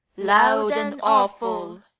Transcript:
loud and awful,